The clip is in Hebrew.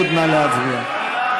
נא להצביע.